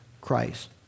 Christ